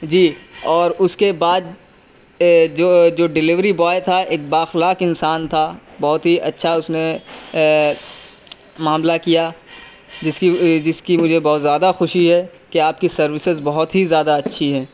جی اور اس کے بعد جو جو ڈلیوری بوائے تھا ایک بااخلاق انسان تھا بہت ہی اچھا اس نے معاملہ کیا جس کی جس کی مجھے بہت زیادہ خوشی ہے کہ آپ کی سروسز بہت ہی زیادہ اچھی ہیں